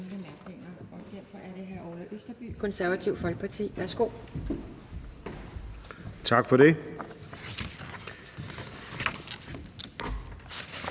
Tak for det.